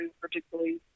particularly